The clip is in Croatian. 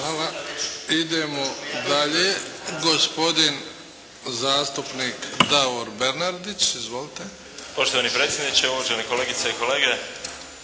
Hvala. Idemo dalje. Gospodin zastupnik Davor Bernardić. Izvolite. **Bernardić, Davor (SDP)** Poštovani predsjedniče, uvažene kolegice i kolege.